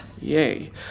Yay